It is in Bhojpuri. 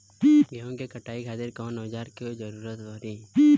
गेहूं के कटाई खातिर कौन औजार के जरूरत परी?